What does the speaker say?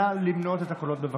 נא למנות את הקולות, בבקשה.